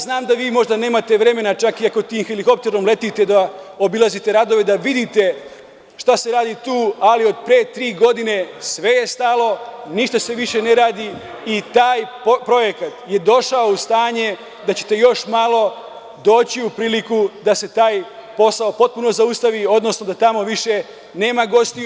Znam da možda nemate vremena, čak i ako helikopterom letite, da obilazite radove, da vidite šta se radi tu, ali od pre tri godine sve je stalo, ništa se više ne radi. taj projekat je došao u stanje da ćete još malo doći u priliku da se taj posao potpuno zaustavi, odnosno da tamo više nema gostiju.